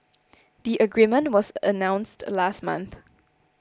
the agreement was announced last month